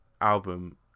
album